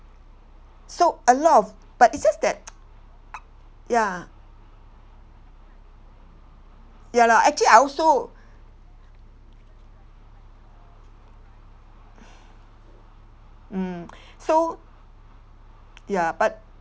so a lot of but it's just that ya ya lah actually I also mm so ya but